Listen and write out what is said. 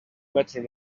matter